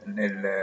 nel